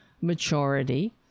maturity